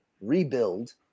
rebuild